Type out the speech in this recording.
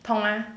痛吗